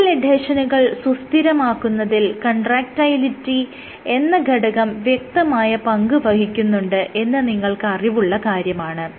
focal എഡ്ഹെഷനുകൾ സുസ്ഥിരമാക്കുന്നതിൽ contractility എന്ന ഘടകം വ്യക്തമായ പങ്ക് വഹിക്കുന്നുണ്ട് എന്നത് നിങ്ങൾക്ക് അറിവുള്ള കാര്യമാണ്